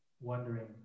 Wondering